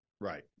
right